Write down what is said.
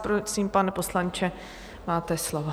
Prosím, pane poslanče, máte slovo.